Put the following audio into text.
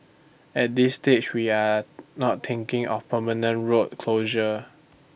at this stage we are not thinking of permanent road closure